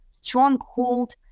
stronghold